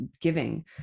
giving